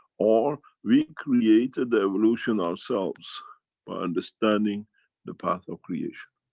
or we create the evolution ourselves by understanding the path of creation.